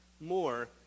more